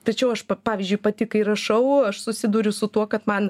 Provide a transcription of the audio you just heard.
tačiau aš pavyzdžiui pati kai rašau aš susiduriu su tuo kad man